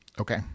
okay